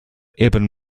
ibn